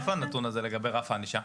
איפה הנתון הזה לגבי רף הענישה?